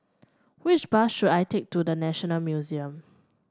which bus should I take to The National Museum